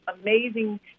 amazing